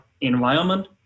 environment